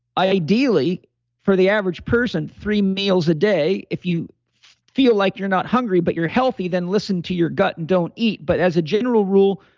ideally for the average person, three meals a day. if you feel like you're not hungry, but you're healthy, then listen to your gut and don't eat. but as a general rule,